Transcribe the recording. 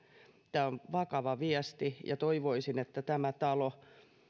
tämä on vakava viesti ja toivoisin että